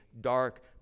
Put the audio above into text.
dark